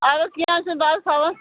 اد حظ کینٛہہ نہ حظ چھُ نہ بہٕ حظ تھاوَس